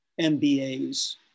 MBAs